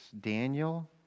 Daniel